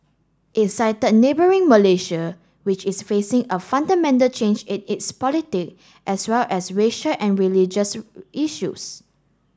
he cited neighbouring Malaysia which is facing a fundamental change in its politic as well as racial and religious issues